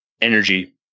energy